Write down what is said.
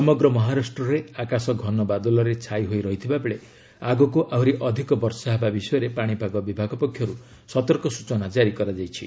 ସମଗ୍ର ମହାରାଷ୍ଟ୍ରରେ ଆକାଶ ଘନ ବାଦଲରେ ଛାଇ ହୋଇ ରହିଥିବାବେଳେ ଆଗକୁ ଆହୁରି ଅଧିକ ବର୍ଷା ହେବା ବିଷୟରେ ପାଣିପାଗ ବିଭାଗ ପକ୍ଷରୁ ସତର୍କ ସୂଚନା କାରି କରାଯାଇଛି